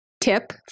tip